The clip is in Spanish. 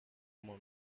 como